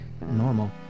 normal